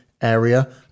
area